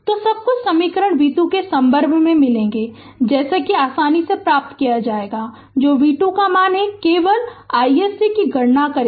तो सब कुछ समीकरण v 2 के संदर्भ में मिलेगा जैसे कि आसानी से प्राप्त हो जाएगा जो v 2 का मान है केवल iSC की गणना करेगा